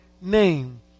name